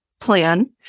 plan